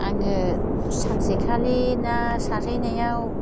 आङो सानसेखालि ना सारहैनायाव